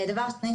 דבר שני,